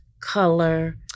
color